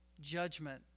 judgment